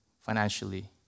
financially